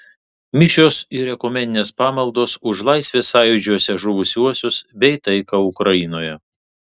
mišios ir ekumeninės pamaldos už laisvės sąjūdžiuose žuvusiuosius bei taiką ukrainoje